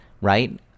right